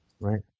Right